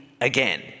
again